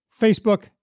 Facebook